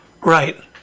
Right